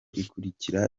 ikurikira